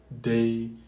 day